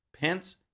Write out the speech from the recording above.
Pence